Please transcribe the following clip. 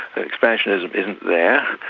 the expansionism isn't there.